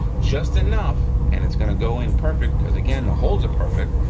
just enough, and it's gonna go in perfect, cause again, the holes are perfect,